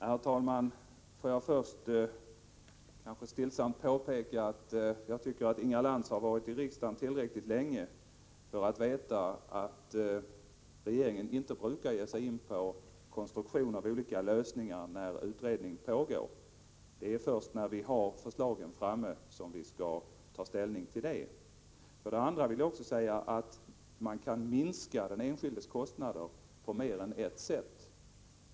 Herr talman! Får jag för det första stillsamt påpeka att jag tycker att Inga Lantz har varit i riksdagen tillräckligt länge för att veta att regeringen inte brukar ge sig in på konstruktion av olika lösningar när utredning pågår. Det är först när regeringen har förslagen framme som den skall ta ställning till dem. För det andra vill jag säga att man kan minska den enskildes kostnader på mer än ett sätt.